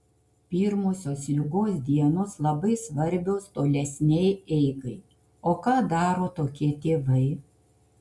pirmosios ligos dienos labai svarbios tolesnei eigai o ką daro tokie tėvai